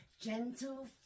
Gentle